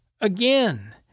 Again